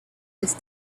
his